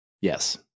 Yes